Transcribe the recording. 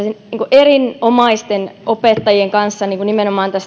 erinomaisten opettajien kanssa nimenomaan